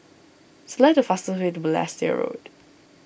select the fastest way to Balestier Road